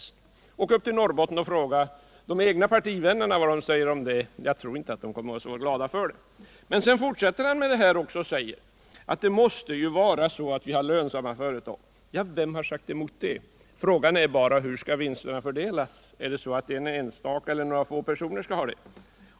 Han tyckte detta var utmärkt. Åk upp till Norrbotten och fråga de egna partivännerna där vad de säger om det! Jag tror inte att de kommer att vara glada för det. Erik Hovhammar fortsatte med att säga att vi måste ha lönsamma företag. Ja, vem har sagt emot det? Frågan är bara: Hur skall vinsterna fördelas? Är det så att en enstaka eller några få personer skall ha dem?